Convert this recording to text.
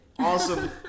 Awesome